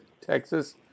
Texas